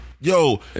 Yo